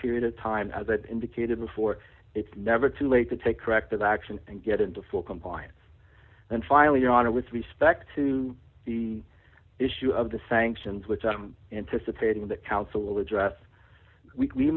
period of time that indicated before d it's never too late to take corrective action and get into full compliance and finally your honor with respect to the issue of the sanctions which i am anticipating the council will address we